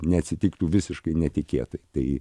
neatsitiktų visiškai netikėtai tai